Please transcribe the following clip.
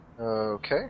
Okay